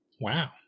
Wow